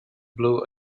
blow